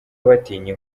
batinya